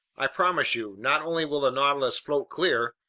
i promise you, not only will the nautilus float clear,